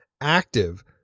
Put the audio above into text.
active